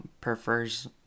prefers